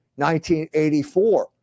1984